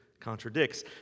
contradicts